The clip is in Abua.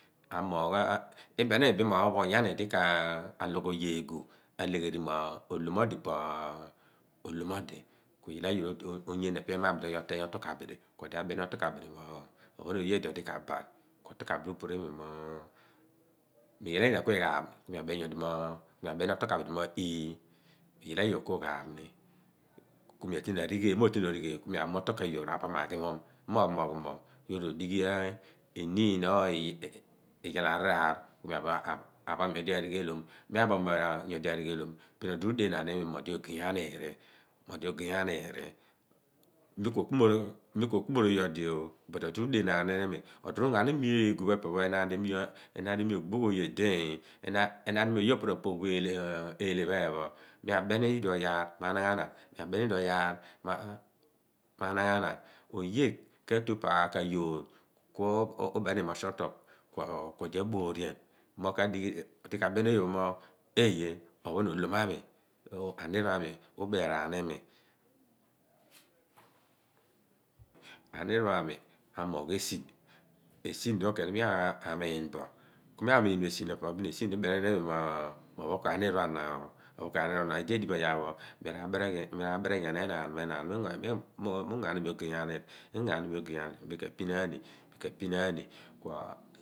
Mi amiio bo onyani pho bin onyani pho uberaan imi. Loor esi di onyani pho a moogh e'sin. Ku iḇen i/mi mo ophon pho onyani di ka logh oge eeguhb ku a'bile alegher mo olhom mo di po olhom odi. Ku yoor onyeene epe ema abidi onghi oteeny oto kabidi. Kuodi aḇeni oto pho ka bidi mo o phon phọ oye di odi kabaạl kuoto kabidi u'puru imi, mo ii yaal anyina kuighaaphni? Ku mi a ḇeni bidi mo ii. Ku mi a pham oto ka/yoor aghimoọm ku yoor odighi eniin obo ọbo iyaal a/raraah. Ku miba pham nyodi a righeel bo bin odi rudeẹnaan, ni imi mo odi ogey aniirih. Mi ku kumoor onyodi kuolo odi rungho ghan i/mi egu i kumoor, bile madi mi ogbgh oye, maadi mi ku ra/pogh bo eelhe pẖe phen phọ. Miabeni nyodi iyaar runaghanaan ghan ni i/mi. Oye ka tu pa ka ayoor kuubeniimi mo kpereghi pa onuana, odi ma mooghaạm oye pho ọ pọ phọ aniir pho a mi amoọgh esin kuesin pho kue di mi a tuaan bo amoogh diḇeeraan a ghi e'siodi ḇile keen mi ra/loom ghan enaạn mo ungaani i/mi ogey aniir.